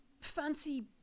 fancy